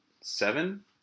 seven